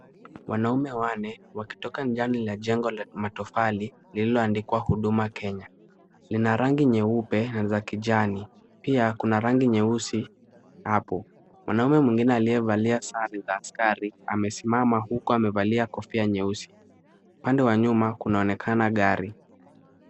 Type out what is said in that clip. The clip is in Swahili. Wanaume wanne wakitoka ndani ya jengo la matofali lililoandikwa Huduma Kenya. Lina rangi nyeupe na za kijani. Pia kuna rangi nyeusi hapo. Mwanaume mwingine aliyevalia sare za askari amesimama huku amevalia kofia nyeusi. Upande wa nyuma kunaonekana gari.